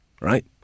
Right